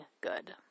good